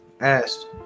asked